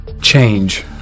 Change